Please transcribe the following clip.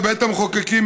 בבית המחוקקים,